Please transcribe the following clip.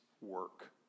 work